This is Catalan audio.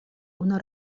una